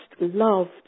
loved